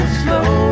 slow